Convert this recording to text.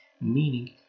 meaning